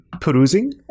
perusing